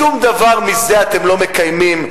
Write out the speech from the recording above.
שום דבר מזה אתם לא מקיימים.